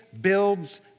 builds